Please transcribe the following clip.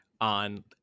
on